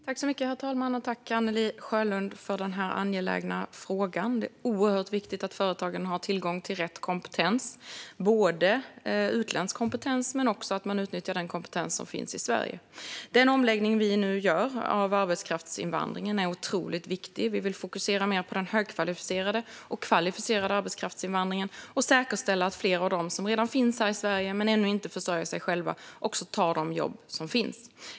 Herr talman! Tack, Anne-Li Sjölund, för denna angelägna fråga! Det är oerhört viktigt att företagen har tillgång till rätt kompetens. Det gäller även utländsk kompetens, men man ska också utnyttja den kompetens som finns i Sverige. Den omläggning av arbetskraftsinvandringen som vi nu gör är otroligt viktig. Vi vill fokusera mer på den högkvalificerade och kvalificerade arbetskraftsinvandringen och säkerställa att fler av de som redan finns här i Sverige men ännu inte försörjer sig själva tar de jobb som finns.